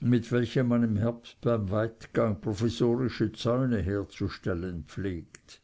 mit welchem man im herbst beim weidgang provisorische zäune herzustellen pflegt